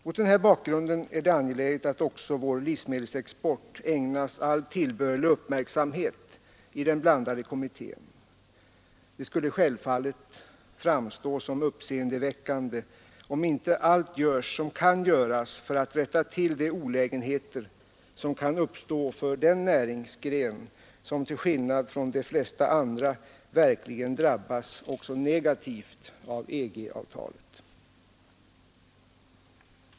Mot denna bakgrund är det angeläget att också vår livsmedelsexport ägnas all tillbörlig uppmärksamhet i den blandade kommittén. Det skulle självfallet framstå som uppseendeväckande, om inte allt görs som kan göras för att rätta till de olägenheter som kan uppkomma för den näringsgren som till skillnad från de flesta andra verkligen drabbas också negativt av EG-avtalet.